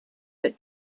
that